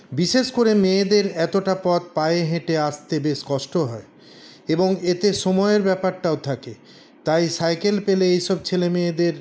বিশেষ করে মেয়েদের এতটা পথ পায়ে হেঁটে আসতে বেশ কষ্ট হয় এবং এতে সময়ের ব্যপারটাও থাকে তাই সাইকেল পেলে এইসব ছেলেমেয়েদের